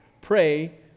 Pray